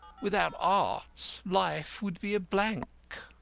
without art life would be a blank.